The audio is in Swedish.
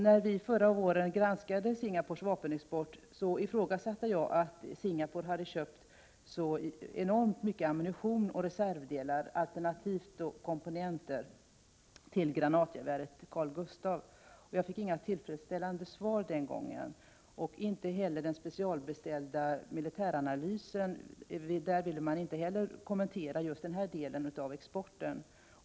När vi förra våren granskade Singapores vapenexport satte jag frågetecken inför att Singapore köpt så enormt mycket ammunition och reservdelar, alternativt komponenter, till granatgeväret Carl-Gustaf. Jag fick inga 123 tillfredsställande svar den gången. Inte heller i den specialbeställda militäranalysen ville man kommentera denna del av exporten.